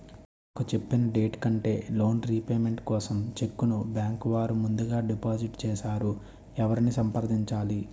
నాకు చెప్పిన డేట్ కంటే లోన్ రీపేమెంట్ కోసం చెక్ ను బ్యాంకు వారు ముందుగా డిపాజిట్ చేసారు ఎవరిని సంప్రదించాలి?